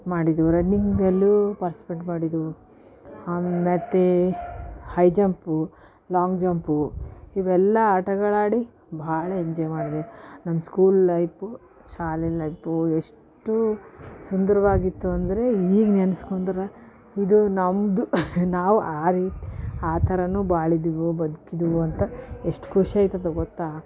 ಮಾಡಿದ್ದೆವು ರನ್ನಿಂಗಲ್ಲು ಪಾರ್ಟ್ಸ್ಪೇಟ್ ಮಾಡಿದ್ದೆವು ಆಮ್ಯಾಕೆ ಹೈ ಜಂಪು ಲಾಂಗ್ ಜಂಪು ಇವೆಲ್ಲ ಆಟಗಳಾಡಿ ಬಹಳ ಎಂಜಾಯ್ ಮಾಡ್ದೆವು ನಮ್ಮ ಸ್ಕೂಲ್ ಲೈಪು ಶಾಲೆ ಲೈಪು ಎಷ್ಟು ಸುಂದರವಾಗಿತ್ತು ಅಂದರೆ ಈಗ ನೆನೆಸ್ಕೊಂಡ್ರೆ ಇದು ನಮ್ಮದು ನಾವು ಆ ರೀತಿ ಆ ಥರನೂ ಬಾಳಿದ್ದೀವೊ ಬದ್ಕಿದ್ದೀವೊ ಅಂತ ಎಷ್ಟು ಖುಷಿಯಾಯ್ತದೆ ಗೊತ್ತ